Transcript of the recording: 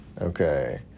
Okay